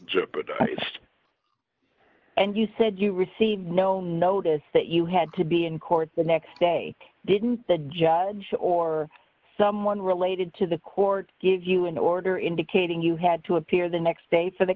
jeopardized and you said you received no notice that you had to be in court the next day didn't the judge or someone related to the court give you an order indicating you had to appear the next day for the